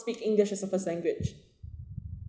speak english as a first language